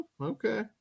Okay